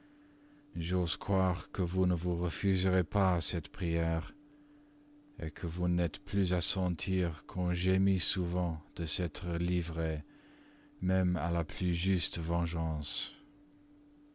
j'ose croire que vous ne vous refuserez pas à cette prière que vous n'êtes plus à sentir qu'on gémit souvent de s'être livré même à la plus juste vengeance